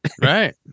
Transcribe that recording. Right